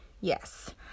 yes